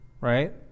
right